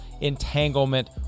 entanglement